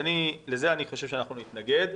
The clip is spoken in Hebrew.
לזה אנחנו נתנגד.